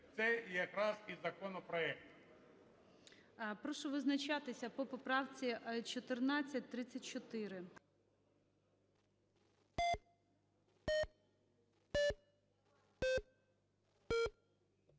це якраз і законопроект.